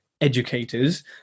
educators